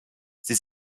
sie